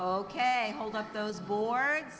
ok hold up those board